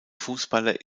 fußballer